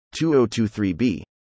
2023b